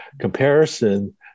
comparison